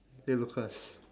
!hey! lucas